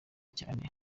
cyane